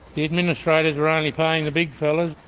the administrators are only paying the big fellas,